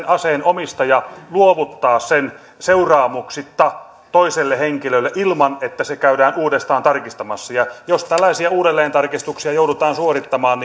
aseen omistaja luovuttaa sen seuraamuksitta toiselle henkilölle ilman että se käydään uudestaan tarkistamassa jos tällaisia uudelleentarkistuksia joudutaan suorittamaan